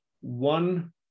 one